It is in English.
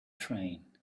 train